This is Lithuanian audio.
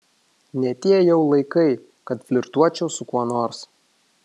ne tie jau laikai kad flirtuočiau su kuo nors